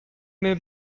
mir